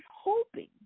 hoping